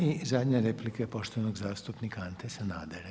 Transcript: I zadnja replika je poštovanog zastupnika Ante Sanadera.